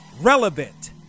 relevant